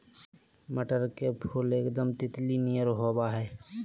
मटर के फुल एकदम तितली नियर होबा हइ